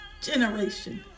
generation